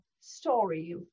story